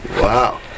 Wow